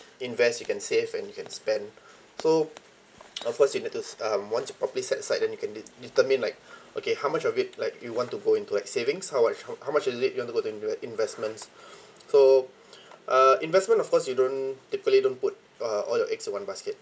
invest you can save and you can spend so of course you need to s~ um once you properly set aside then you can de~ determine like okay how much of it like you want to go into like savings how much h~ how much is it you want to go to inve~ investments so uh investment of course you don't typically don't put uh all your eggs in one basket